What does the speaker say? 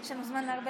יש לנו זמן להרבה